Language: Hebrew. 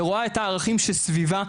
ורואה את הערכים שסביבה,